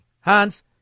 Hans